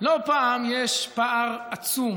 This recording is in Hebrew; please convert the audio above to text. לא פעם יש פער עצום